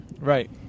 right